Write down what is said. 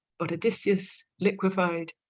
but odysseus liquefied.